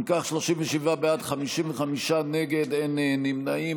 אם כך, 37 בעד, 55 נגד, אין נמנעים.